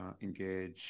engage